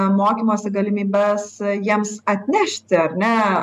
mokymosi galimybes jiems atnešti ar ne